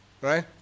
Right